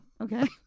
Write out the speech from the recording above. okay